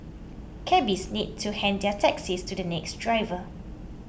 cabbies need to hand their taxis to the next driver